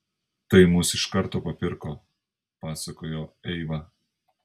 tai mus iš karto papirko pasakojo eiva